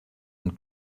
and